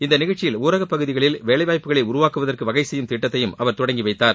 இந்த நிகழ்ச்சியில் ஊரக பகுதிகளில் வேலைவாய்ப்புகளை உருவாக்குவதற்கு வகை செய்யும் திட்டத்தையும் அவர் கொடங்கி வைத்தார்